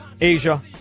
Asia